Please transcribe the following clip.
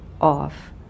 off